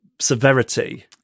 severity